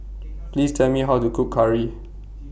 Please Tell Me How to Cook Curry